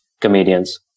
comedians